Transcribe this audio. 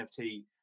NFT